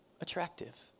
attractive